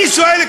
אני שואל,